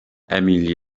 emil